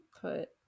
put